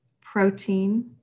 protein